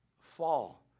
fall